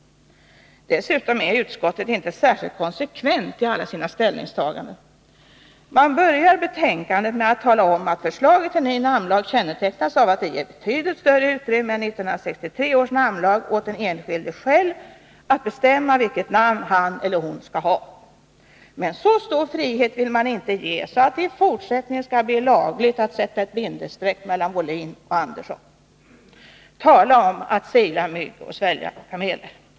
Dessutom är utskottet inte särskilt konsekvent i alla sina ställningstaganden. Man börjar betänkandet med att tala om att förslaget till ny namnlag kännetecknas av att det ger betydligt större utrymme än 1963 års namnlag åt den enskilde själv att bestämma vilket namn han eller hon skall ha. Men så stor frihet vill man inte ge, att det i fortsättningen skall bli lagligt att ha ett bindestreck mellan Wohlin och Andersson. Tala om att sila mygg och svälja kameler!